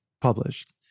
published